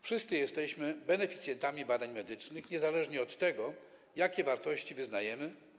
Wszyscy jesteśmy beneficjentami badań medycznych, niezależnie od tego, jakie wartości wyznajemy.